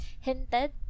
hinted